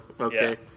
Okay